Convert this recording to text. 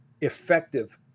effective